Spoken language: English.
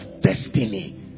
destiny